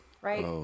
right